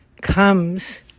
comes